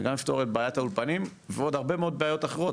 וגם לפתור את בעיית האולפנים ועוד הרבה מאוד בעיות אחרות,